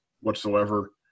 whatsoever